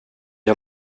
har